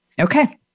Okay